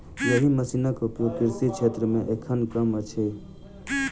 एहि मशीनक उपयोग कृषि क्षेत्र मे एखन कम अछि